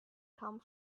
come